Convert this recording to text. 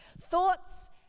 Thoughts